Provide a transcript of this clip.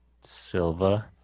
Silva